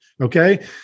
Okay